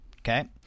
Okay